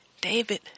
David